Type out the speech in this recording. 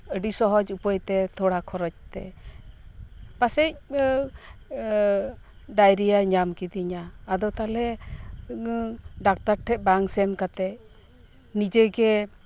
ᱟᱰᱤ ᱥᱚᱦᱚᱡᱽ ᱩᱯᱟᱹᱭ ᱛᱮ ᱛᱷᱚᱲᱟ ᱠᱷᱚᱨᱚᱪ ᱛᱮ ᱯᱟᱥᱮᱡ ᱰᱟᱭᱨᱤᱭᱟ ᱧᱟᱢ ᱠᱤᱫᱤᱧᱟ ᱟᱫᱚ ᱛᱟᱞᱦᱮ ᱰᱟᱠᱛᱟᱨ ᱴᱷᱮᱱ ᱵᱟᱝ ᱥᱮᱱ ᱠᱟᱛᱮᱜ ᱱᱤᱡᱮᱜᱮ